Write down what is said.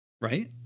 right